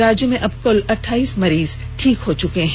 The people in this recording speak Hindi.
राज्य में अब कुल अठाइस मरीज ठीक हो चुके हैं